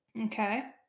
Okay